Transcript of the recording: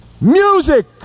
music